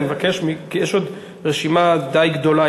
יש עוד רשימה די גדולה,